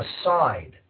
aside